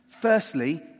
Firstly